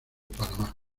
panamá